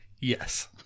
Yes